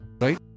right